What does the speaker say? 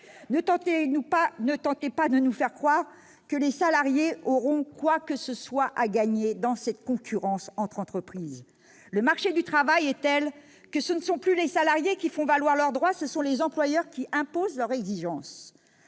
Ne tentez pas de nous faire croire que les salariés auront quoi que ce soit à gagner dans cette concurrence entre entreprises. Le marché du travail est tel que ce ne sont plus les salariés qui font valoir leurs droits : ce sont les employeurs qui imposent leurs exigences.